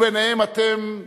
וביניהם אתם,